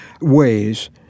Ways